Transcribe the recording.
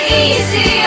easy